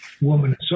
woman